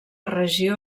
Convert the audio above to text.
regió